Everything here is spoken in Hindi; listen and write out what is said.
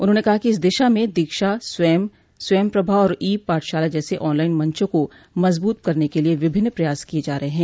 उन्होंने कहा कि इस दिशा में दीक्षा स्वयम् स्वयम् प्रभा और ई पाठशाला जैसे ऑनलाइन मंचों को मजबूत करने के लिए विभिन्न प्रयास किये जा रहे हैं